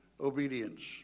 obedience